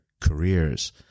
careers